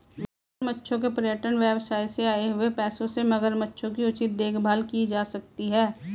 मगरमच्छों के पर्यटन व्यवसाय से आए हुए पैसों से मगरमच्छों की उचित देखभाल की जा सकती है